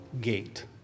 gate